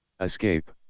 escape